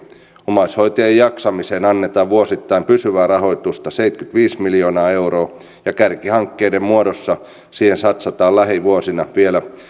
omaishoitajien jaksamiseen annetaan vuosittain pysyvää rahoitusta seitsemänkymmentäviisi miljoonaa euroa ja kärkihankkeiden muodossa siihen satsataan lähivuosina vielä